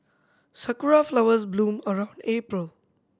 sakura flowers bloom around April